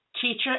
teacher